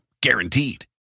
Guaranteed